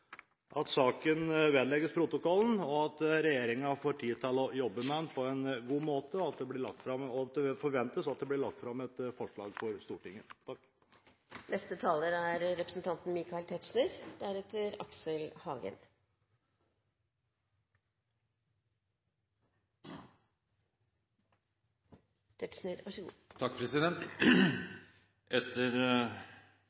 vedlegges protokollen, at regjeringen får tid til å jobbe med den på en god måte, og at det forventes at det blir lagt fram et forslag for Stortinget. Etter saksordførerens gode fremstilling av sakens kjerne kan jeg begrense meg til å utdype bakgrunnen for